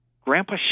Grandpa